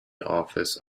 office